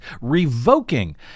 revoking